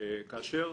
שיש רצון,